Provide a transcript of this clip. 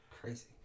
crazy